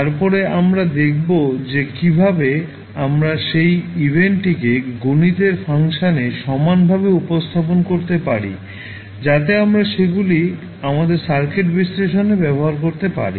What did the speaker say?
তারপরে আমরা দেখব যে কীভাবে আমরা সেই ইভেন্টটিকে গণিতের ফাংশনে সমানভাবে উপস্থাপন করতে পারি যাতে আমরা সেগুলি আমাদের সার্কিট বিশ্লেষণে ব্যবহার করতে পারি